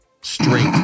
straight